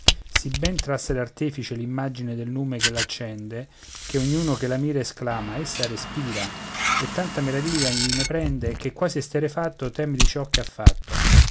sì ben trasse l'artefice l'immagine del nume che l'accende che ognuno che la mira esclama essa respira e tanta meraviglia egli ne prende che quasi esterrefatto teme di ciò che ha fatto